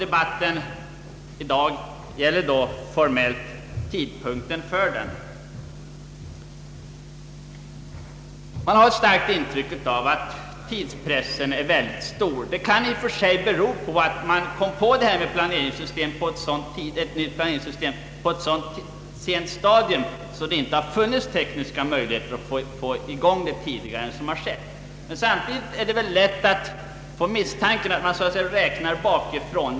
Debatten i dag gäller formellt tidpunkten för utredningens tillsättande. Vi har ett starkt intryck av att tidspressen blir mycket stor. Det kan i och för sig bero på att tanken på ett planeringssystem dykt upp så sent att det inte funnits tekniska möjligheter att få i gång förberedelserna tidigare än som skett. Det ligger ändå nära till hands att misstänka att man så att säga räknar bakifrån.